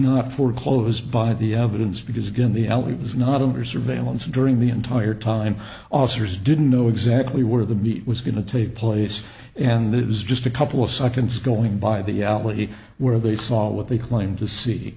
not foreclose by the evidence because again the alley was not under surveillance during the entire time officers didn't know exactly where the meet was going to take place and it was just a couple of seconds going by the alley where they saw what they claim to see